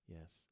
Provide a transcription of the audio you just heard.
Yes